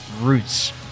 roots